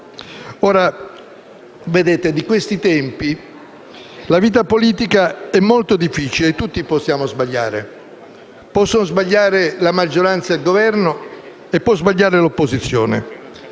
Vedete, di questi tempi la vita politica è molto difficile. Tutti possiamo sbagliare: possono sbagliare la maggioranza e il Governo e può sbagliare l'opposizione.